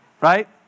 Right